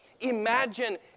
imagine